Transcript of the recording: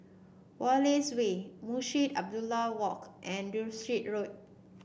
Wallace Way Munshi Abdullah Walk and Derbyshire Road